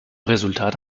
resultat